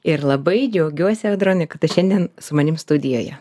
ir labai džiaugiuosi audrone kad tu šiandien su manim studijoje